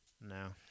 No